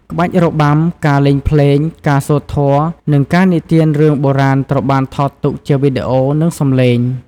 ក្បាច់របាំ ការលេងភ្លេង ការសូត្រធម៌ និងការនិទានរឿងបុរាណត្រូវបានថតទុកជាវីដេអូ និងសំឡេង។